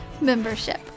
membership